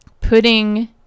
putting